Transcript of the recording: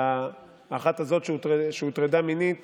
והאחת הזאת שהוטרדה מינית